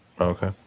Okay